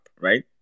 right